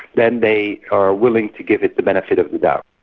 then they are willing to give it the benefit of the doubt.